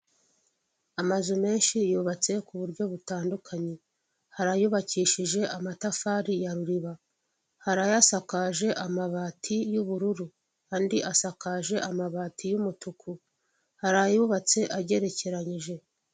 Amazu menshi yubatse ku buryo butandukanye. Hari ayubakishije amatafari ya ruriba. Hari ayasakaje amabati y'ubururu. Andi asakaje amabati y'umutuku. Hari ayubatse agerekeranyije.